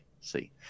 See